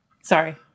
Sorry